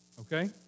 Okay